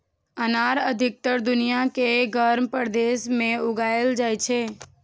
अनार अधिकतर दुनिया के गर्म प्रदेश मे उगाएल जाइ छै